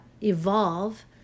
evolve